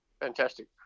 fantastic